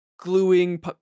Gluing